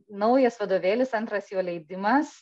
naujas vadovėlis antras jo leidimas